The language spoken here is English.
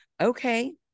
Okay